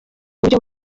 uburyo